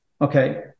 okay